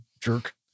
jerk